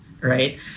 right